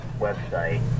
website